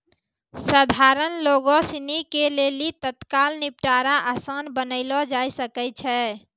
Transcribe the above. सधारण लोगो सिनी के लेली तत्काल निपटारा असान बनैलो जाय सकै छै